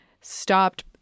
stopped